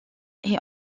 est